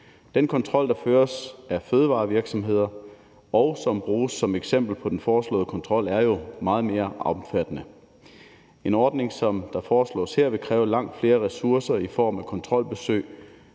Den kontrol, der føres med fødevarevirksomheder, og som bruges som eksempel på den foreslåede kontrol, er jo meget mere omfattende. En ordning, som der foreslås her, vil kræve langt flere ressourcer i form af kontrolbesøg,